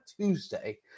Tuesday